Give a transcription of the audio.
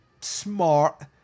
smart